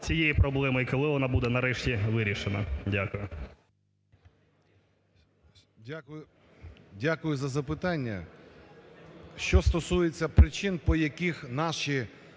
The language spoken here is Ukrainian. цієї проблеми і коли вона буде нарешті вирішена? Дякую. 11:09:41 РЕВА А.О. Дякую за запитання. Що стосується причин, по яких наші